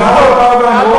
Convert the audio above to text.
אז למה לא באו ואמרו?